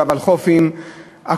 והוולחו"פים,